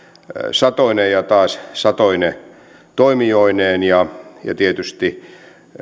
satoine ja taas satoine toimijoineen ja ja tietysti